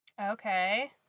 Okay